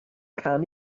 cân